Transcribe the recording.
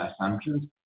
assumptions